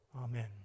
Amen